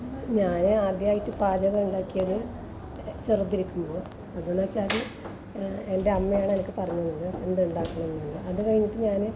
ഞാന് ആദ്യമായിട്ട് പാചകം ഉണ്ടാക്കിയത് ചെറുതായിരിക്കുമ്പോൾ അതെന്ന് വെച്ചാൽ എൻ്റെ അമ്മയാണ് എനിക്ക് പറഞ്ഞ് തന്നത് എന്ത് ഉണ്ടാക്കണം എന്ന് അത് കഴിഞ്ഞിട്ട് ഞാന്